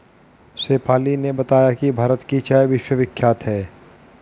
शेफाली ने बताया कि भारत की चाय विश्वविख्यात है